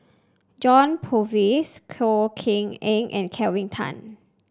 John Purvis Koh Kian Eng and Kelvin Tan